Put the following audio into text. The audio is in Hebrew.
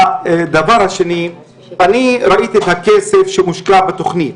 הדבר השני, אני ראיתי את הכסף שמושקע בתוכנית.